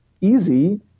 easy